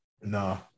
No